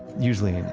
usually,